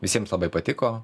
visiems labai patiko